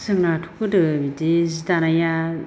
जोंनाथ' गोदो बिदि जि दानाया